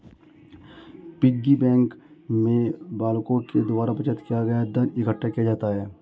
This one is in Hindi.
पिग्गी बैंक में बालकों के द्वारा बचत किया गया धन इकट्ठा किया जाता है